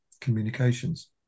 communications